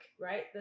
right